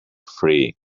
free